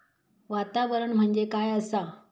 वातावरण म्हणजे काय असा?